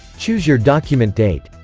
choose your document date